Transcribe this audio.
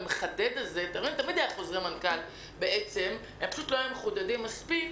הם פשוט לא היו מחודדים מספיק